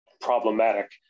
problematic